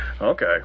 Okay